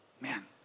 Man